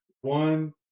one